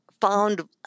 found